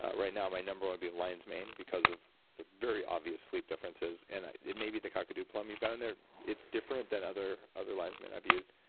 ah right now my number one be lion's mane because of the very obvious sleep differences and it may be the kakadu plum you've got in there it's different than other other lion's mane i've used,